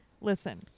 Listen